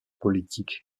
politique